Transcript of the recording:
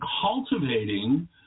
cultivating